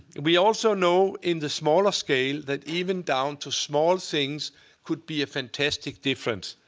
we also know in the smaller scale that even down to small things could be a fantastic difference.